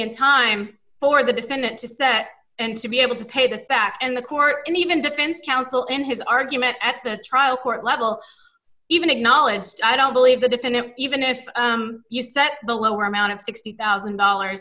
in time for the defendant to set and to be able to pay this back and the court even defense counsel in his argument at the trial court level even acknowledged i don't believe the defendant even if you set the lower amount at sixty thousand dollars